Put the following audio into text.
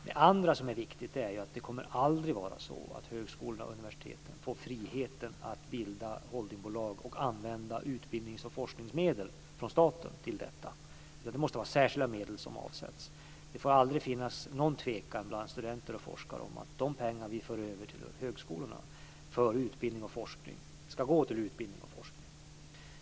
Det andra som är viktigt är att det aldrig kommer att vara så att högskolorna och universiteten får friheten att använda utbildnings och forskningsmedel från staten till att bilda holdingbolag. Det måste vara särskilda medel som avsätts. Det får aldrig finnas någon tvekan bland studenter och forskare om att de pengar vi för över till högskolorna för utbildning och forskning ska gå till utbildning och forskning.